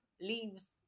leaves